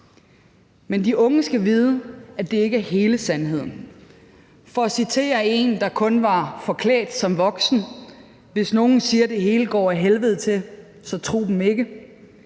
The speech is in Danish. Men de unge skal vide, at det ikke er hele sandheden. For at citere en, der kun var forklædt som voksen: »Hvis nogen siger det hele går ad helvede til/ så tro dem ikke.«